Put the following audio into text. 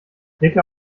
klicke